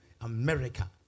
America